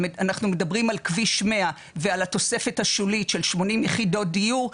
אנחנו מדברים על כביש 100 ועל התוספת השולית של 80 יחידות דיור,